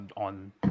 On